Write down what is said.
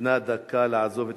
ניתנה דקה לעזוב את